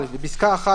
(א)בפסקה (1),